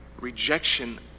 rejection